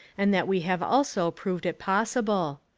and that we have also proved it possible.